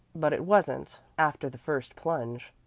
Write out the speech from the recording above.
but it wasn't, after the first plunge.